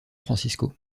francisco